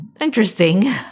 interesting